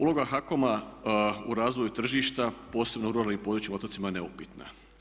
Uloga HAKOM-a u razvoju tržišta posebno u ruralnim područjima i otocima je neupitna.